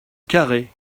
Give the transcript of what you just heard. carhaix